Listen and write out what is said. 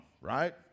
right